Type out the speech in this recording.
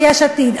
יש עתיד,